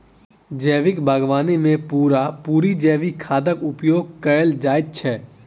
जैविक बागवानी मे पूरा पूरी जैविक खादक उपयोग कएल जाइत छै